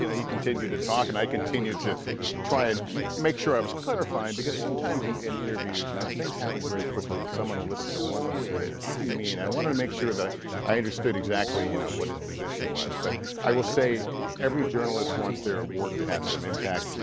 you know he continued to talk. and i continued to try and make sure i was clarifying because sometimes in in interviews, you know, things happen very quickly and someone will listen to one little thing. what did he mean? i wanted to make sure that i understood exactly, you know, what his position was. but i will say every journalist wants their work to have some impact.